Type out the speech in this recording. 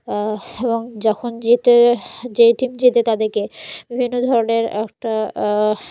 এবং যখন যেতে যেই টিম যেতে তাদেরকে বিভিন্ন ধরনের একটা